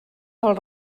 del